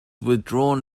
withdrawn